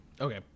okay